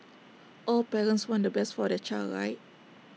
all parents want the best for their child right